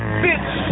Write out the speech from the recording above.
bitch